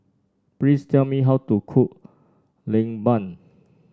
please tell me how to cook lemang